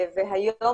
אז אני אומרת,